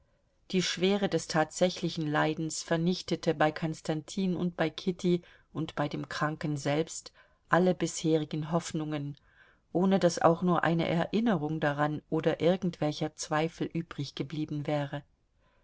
die schwere des tatsächlichen leidens vernichtete bei konstantin und bei kitty und bei dem kranken selbst alle bisherigen hoffnungen ohne daß auch nur eine erinnerung daran oder irgendwelcher zweifel übriggeblieben wäre